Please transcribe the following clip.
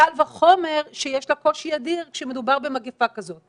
קל וחומר, שיש לה קושי אדיר כשמדובר במגפה כזאת.